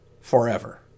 forever